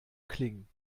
klingen